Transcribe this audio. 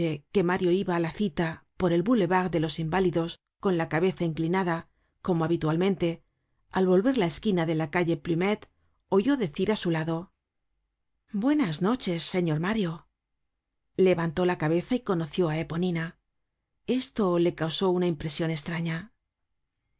que mario iba á la cita por el boulevard de los inválidos con la cabeza inclinada como habitualmente al volver la esquina de la calle plumet oyó decir á su lado buenas noches señor mario levantó la cabeza y conoció á eponina esto le causó una impresion estraña ni